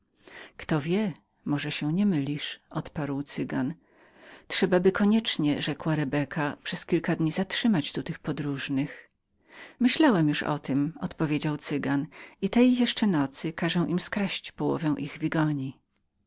kto wie może się nie mylisz odparł cygan trzebaby koniecznie rzekła rebeka przez kilka dni zatrzymać tu tych podróżnych myślałem o tem odpowiedział cygan i tej nocy jeszcze każę im skraść połowę ich wigoni